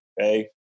Okay